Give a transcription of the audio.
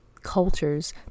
cultures